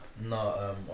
No